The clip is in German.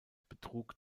betrug